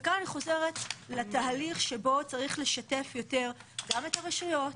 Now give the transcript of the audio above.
וכאן אני חוזרת לתהליך שבו צריך לשתף יותר גם את הרשויות,